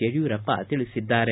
ಯಡಿಯೂರಪ್ಪ ತಿಳಿಸಿದ್ದಾರೆ